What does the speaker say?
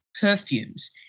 perfumes